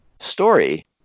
story